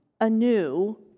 anew